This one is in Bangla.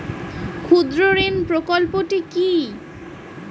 ক্ষুদ্রঋণ প্রকল্পটি কি?